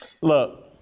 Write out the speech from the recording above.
Look